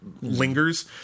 lingers